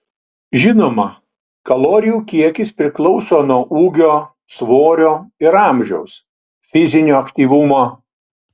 žinoma kalorijų kiekis priklauso nuo ūgio svorio ir amžiaus fizinio aktyvumo